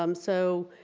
um so,